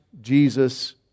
Jesus